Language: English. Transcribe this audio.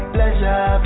Pleasure